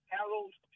Harold